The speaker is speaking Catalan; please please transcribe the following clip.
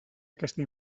aquesta